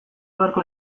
beharko